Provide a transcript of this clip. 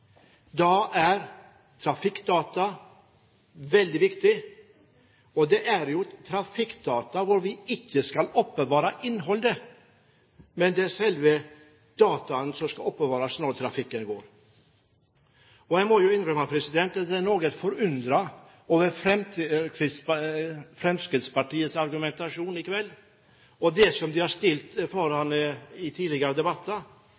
Da er trafikkdata veldig viktig. Det er trafikkdata og ikke selve innholdet som skal oppbevares. Jeg må innrømme at jeg er noe forundret over Fremskrittspartiets argumentasjon i kveld, sett ut fra det de har stått for i tidligere debatter.